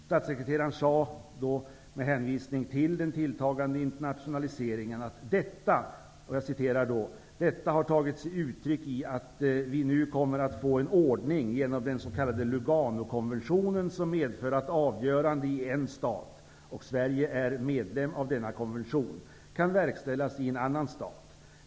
Statssekreteraren sade med hänvisning till den tilltagande internationaliseringen: ''Detta har tagit sig uttryck i att vi nu kommer att få en ordning genom den s.k. Luganokonventionen, som medför att avgörande i en stat, och Sverige är medlem i denna konvention, kan verkställas i en annan stat.